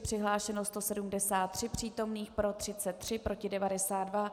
Přihlášeno 173 přítomných, pro 33, proti 92.